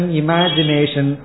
imagination